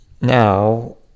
Now